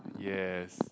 yes